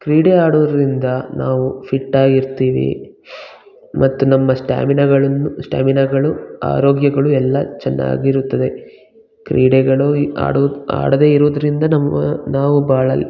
ಕ್ರೀಡೆ ಆಡುವುದರಿಂದ ನಾವು ಫಿಟ್ ಆಗಿ ಇರ್ತೀವಿ ಮತ್ತು ನಮ್ಮ ಸ್ಟಾಮಿನಾಗಳನ್ನು ಸ್ಟಾಮಿನಾಗಳು ಆರೋಗ್ಯಗಳು ಎಲ್ಲ ಚೆನ್ನಾಗಿರುತ್ತದೆ ಕ್ರೀಡೆಗಳು ಆಡು ಆಡದೆ ಇರೋದ್ರಿಂದ ನಮ್ಮ ನಾವು ಬಹಳ